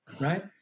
right